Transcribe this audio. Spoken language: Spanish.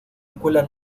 escuela